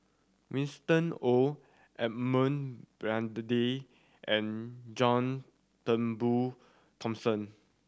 Winston Oh Edmund Blundell and John Turnbull Thomson